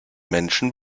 menschen